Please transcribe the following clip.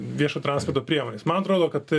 viešo transporto priemonės man atrodo kad